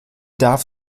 darf